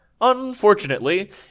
Unfortunately